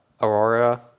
Aurora